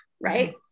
Right